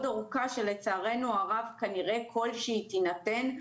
אורכה שלצערנו הרב וככל שהיא תינתן,